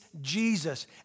Jesus